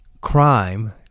crime